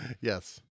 Yes